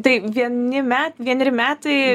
tai vieni me vieneri metai